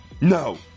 no